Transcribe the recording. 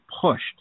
pushed